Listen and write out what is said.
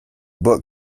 book